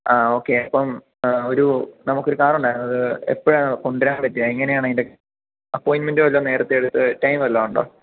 ആ ഓക്കെ അപ്പം ഒരു നമുക്കൊരു കാറുണ്ടായിരുന്നു എപ്പോഴാ കൊണ്ടുവരാൻ പറ്റുക എങ്ങനെയാണ് അതിൻ്റെ അപ്പോയിൻമെൻറ്റ് എല്ലാം നേരത്തെ എടുത്ത് ടൈമ് വല്ലതും ഉണ്ടോ